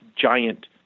giant